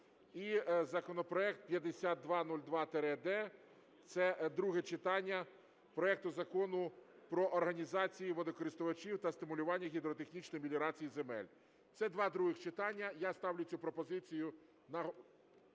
І законопроект 5202-д (це друге читання) - проект Закону про організації водокористувачів та стимулювання гідротехнічної меліорації земель. Це два других читання, і я ставлю цю пропозицію.